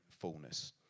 fullness